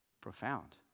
Profound